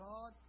God